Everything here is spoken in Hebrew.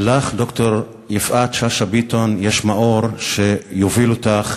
לך, ד"ר יפעת שאשא ביטון, יש מאור שיוביל אותך